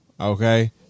Okay